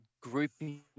grouping